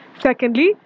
Secondly